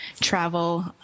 travel